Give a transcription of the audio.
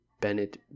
Bennett